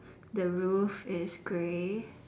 the roof is grey